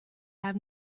have